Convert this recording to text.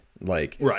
Right